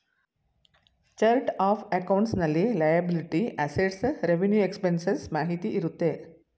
chart of accounts ನಲ್ಲಿ liability, assets, revenue expenses ಮಾಹಿತಿ ಇರುತ್ತೆ